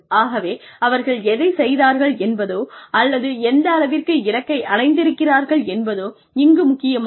ஆகவே அவர்கள் எதை செய்தார்கள் என்பதோ அல்லது எந்தளவிற்கு இலக்கை அடைந்திருக்கிறார்கள் என்பதோ இங்கு முக்கியமல்ல